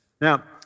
Now